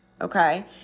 okay